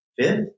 fifth